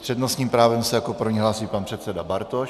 S přednostním právem se jako první hlásí pan předseda Bartoš.